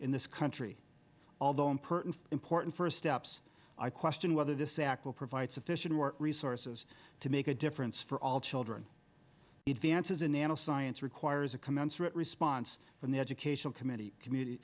in this country although important important first steps i question whether this act will provide sufficient resources to make a difference for all children if the answer is in nanoscience requires a commensurate response from the educational committee community